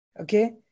Okay